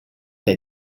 dai